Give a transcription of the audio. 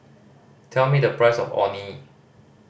tell me the price of Orh Nee